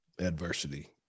adversity